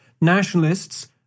Nationalists